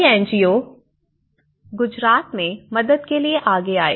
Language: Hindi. कई एनजीओ गुजरात में मदद के लिए आगे आए